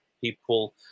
people